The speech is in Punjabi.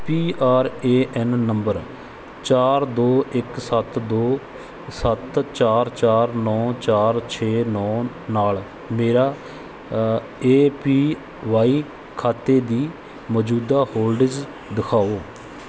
P R A N number ਚਾਰ ਦੋ ਇੱਕ ਸੱਤ ਦੋ ਸੱਤ ਚਾਰ ਚਾਰ ਨੌ ਚਾਰ ਛੇ ਨੌ ਨਾਲ ਮੇਰਾ ਏ ਪੀ ਵਾਈ ਖਾਤੇ ਦੀ ਮੌਜੂਦਾ ਹੋਲਡਿੰਗਜ਼ ਦਿਖਾਓ